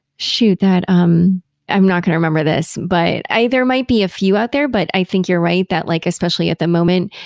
shoot, that um i'm not going to remember this, but there might be a few out there, but i think you're right that like especially at the moment,